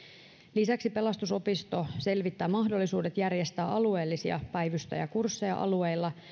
lisäksi pelastusopisto selvittää mahdollisuudet järjestää alueellisia päivystäjäkursseja alueilla